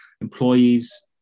employees